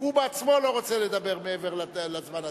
הוא בעצמו לא רוצה לדבר מעבר לזמן הדרוש.